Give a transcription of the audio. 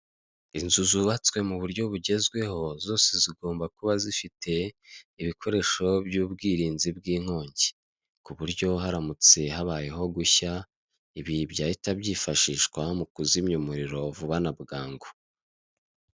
Inzu zubatswe mu buryo bugezweho, zose zigomba kuba zifite ibikoresho by'ubwirinzi bw'inkongi, ku buryo haramutse habayeho gushya, ibi byahita byifashishwa mu kuzimya umuriro vuba na bwangu.